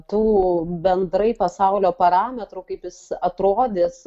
tų bendrai pasaulio parametrų kaip jis atrodys